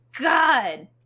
God